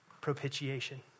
Propitiation